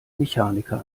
mechaniker